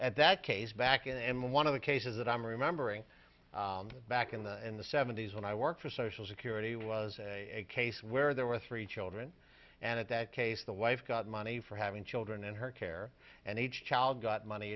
at that case back in and one of the cases that i'm remembering back in the in the seventy's when i worked for social security was a case where there were three children and at that case the wife got money for having children in her care and each child got money